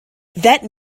that